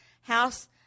house